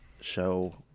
show